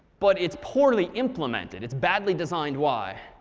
but it's poorly implemented. it's badly designed. why?